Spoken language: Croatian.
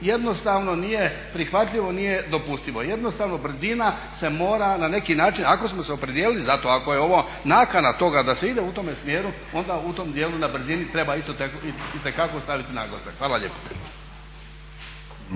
jednostavno nije prihvatljivo, nije dopustivo. Jednostavno brzina se mora na neki način ako smo se opredijelili za to, ako je ovo nakana toga da se ide u tome smjeru onda u tom dijelu na brzini treba isto tako staviti naglasak. Hvala lijepa.